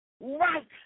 right